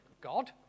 God